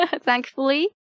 Thankfully